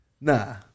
Nah